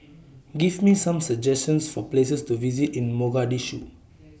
Give Me Some suggestions For Places to visit in Mogadishu